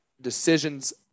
decisions